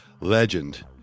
legend